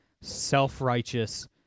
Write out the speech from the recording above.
self-righteous